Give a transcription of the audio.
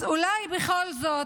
אז אולי בכל זאת,